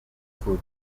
food